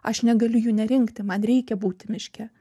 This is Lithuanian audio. aš negaliu jų nerinkti man reikia būti miške